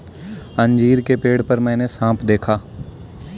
अंजीर के पेड़ पर मैंने साँप देखा